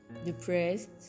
depressed